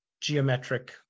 geometric